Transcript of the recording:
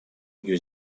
new